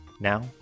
Now